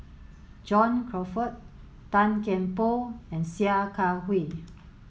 John Crawfurd Tan Kian Por and Sia Kah Hui